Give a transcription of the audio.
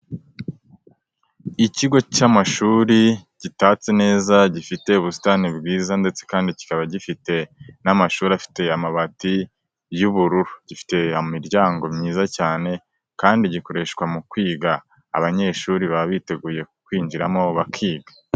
Ikigo cy'amashuri gitatse neza gifite ubusitani bwiza ndetse kandi kikaba gifite n'amashuri afite amabati y'ubururu, gifite imiryango myiza cyane, kandi gikoreshwa mu kwiga. Abanyeshuri baba biteguye kwinjiramo bakiga.